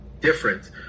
different